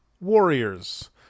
Warriors